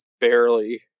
barely